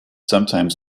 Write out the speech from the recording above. sometimes